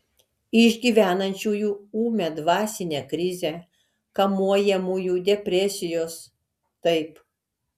išgyvenančiųjų ūmią dvasinę krizę kamuojamųjų depresijos taip